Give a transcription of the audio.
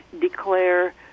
declare